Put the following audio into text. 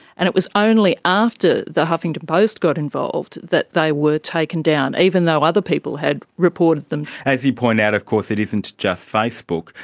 and it was only after the huffington post got involved and that they were taken down, even though other people had reported them. as you point out of course, it isn't just facebook.